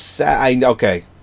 Okay